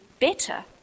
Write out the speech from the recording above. better